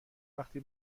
وقتی